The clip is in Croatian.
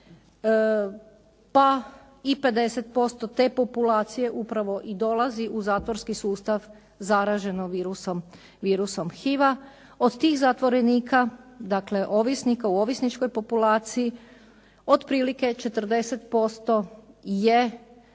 pa i 50% te populacije upravo i dolazi u zatvorski sustav zaraženo virusom HIV-a. Od tih zatvorenika, dakle ovisnika u ovisničkoj populaciji otprilike 40% je osuđeno